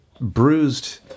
bruised